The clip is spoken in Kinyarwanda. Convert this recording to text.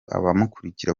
abamukurikira